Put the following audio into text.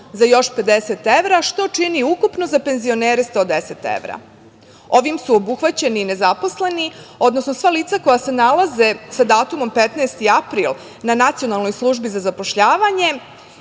za još 50 evra, što čini ukupno za penzionere 110 evra. Ovim su obuhvaćeni i nezaposleni, odnosno sva lica koja se nalaze sa datumom 15. april na NZS, koja će dobiti još dodatnih